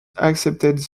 accepted